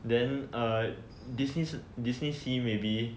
then err Disney 是 DisneySea maybe